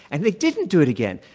and they didn't do it again.